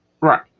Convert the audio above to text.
Right